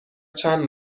چند